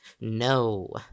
No